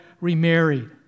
remarried